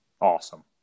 awesome